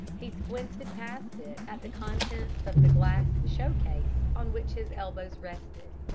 he squinted past it at the contents of the glass show-case on which his elbows rested.